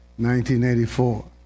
1984